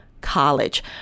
College